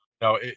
no